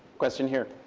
question here.